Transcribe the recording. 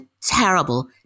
terrible